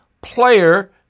player